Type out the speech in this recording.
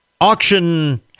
auction